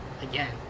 again